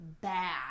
bad